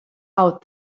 out